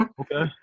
Okay